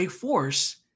Force